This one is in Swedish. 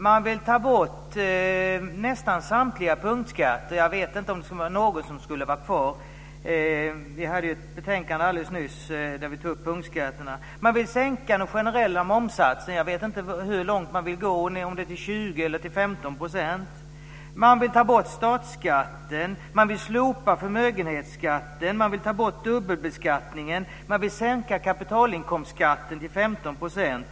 Man vill ta bort nästan samtliga punktskatter - jag vet inte om det är någon som skulle vara kvar. Vi hade ju ett betänkande uppe alldeles nyss där vi tog upp punktskatterna. Man vill sänka den generella momssatsen. Jag vet inte hur långt man vill gå, om det är till 20 % eller 15 %. Man vill ta bort statsskatten, man vill slopa förmögenhetsskatten, man vill ta bort dubbelbeskattningen och man vill sänka kapitalinkomstskatten till 15 %.